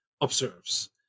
observes